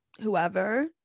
whoever